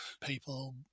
people